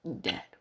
dead